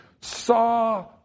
saw